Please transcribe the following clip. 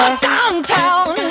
Downtown